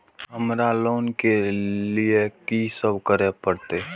हमरा लोन ले के लिए की सब करे परते?